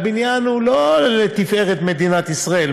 והבניין לא לתפארת מדינת ישראל.